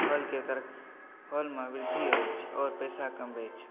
हॉलके तरफ हॉलमे वृद्धि होइत अछि आओर पैसा कमबैत अछि